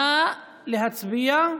נא להצביע.